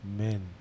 Amen